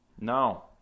No